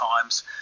Times